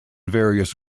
various